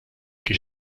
die